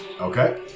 Okay